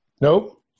Nope